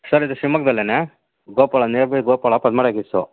sir ಇದು ಶಿವ್ಮೊಗ್ದಲ್ಲೆ Gopala nearby Gopala ಪದ್ಮ